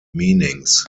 meanings